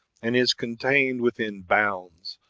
and is contained within bounds,